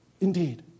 indeed